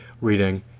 reading